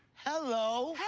hello. hey,